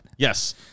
Yes